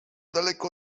daleko